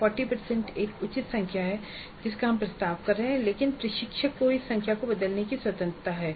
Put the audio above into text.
40 प्रतिशत एक उचित संख्या है जिसका हम प्रस्ताव कर रहे हैं लेकिन प्रशिक्षक को इस संख्या को बदलने की स्वतंत्रता है